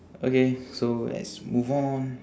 okay so let's move on